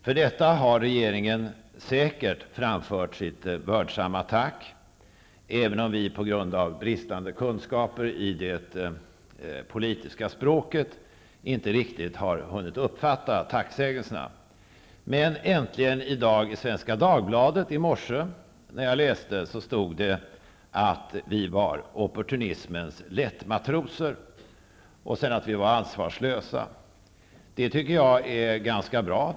För detta har regeringen säkert framfört sitt vördsamma tack, även om vi på grund av bristande kunskaper i det politiska språket inte riktigt har kunnat uppfatta tacksägelserna. Men äntligen i dag stod det i Svenska Dagbladet att vi var opportunismens lättmatroser, och sedan att vi var ansvarslösa. Det tycker jag är ganska bra.